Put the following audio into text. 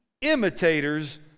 imitators